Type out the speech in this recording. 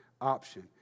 option